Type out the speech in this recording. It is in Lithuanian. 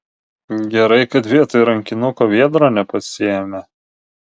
gerai kad vietoj rankinuko viedro nepasiėmė